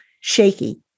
shaky